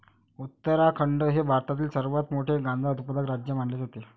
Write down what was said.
उत्तराखंड हे भारतातील सर्वात मोठे गांजा उत्पादक राज्य मानले जाते